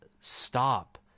stop